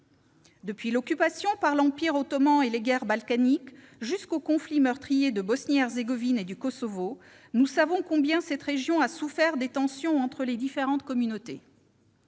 Depuis l'occupation par l'Empire ottoman et les guerres balkaniques jusqu'aux conflits meurtriers de Bosnie-Herzégovine et du Kosovo, nous savons combien cette région a souffert des tensions entre les différentes communautés.